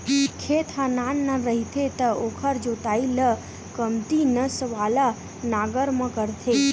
खेत ह नान नान रहिथे त ओखर जोतई ल कमती नस वाला नांगर म करथे